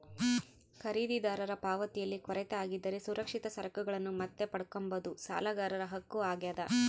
ಖರೀದಿದಾರರ ಪಾವತಿಯಲ್ಲಿ ಕೊರತೆ ಆಗಿದ್ದರೆ ಸುರಕ್ಷಿತ ಸರಕುಗಳನ್ನು ಮತ್ತೆ ಪಡ್ಕಂಬದು ಸಾಲಗಾರರ ಹಕ್ಕು ಆಗ್ಯಾದ